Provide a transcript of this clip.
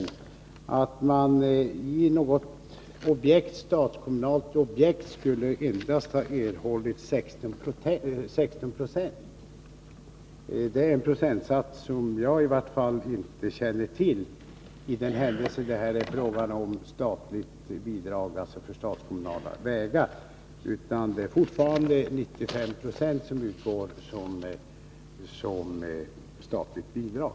Man skulle, menar han, vid något statskommunalt objekt ha erhållit endast 16 70. Detta är en procentsats som i varje fall inte jag känner till när det är fråga om statligt bidrag till statskommunalt vägbyggande. Det statliga bidraget utgår fortfarande med 95 96.